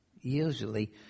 Usually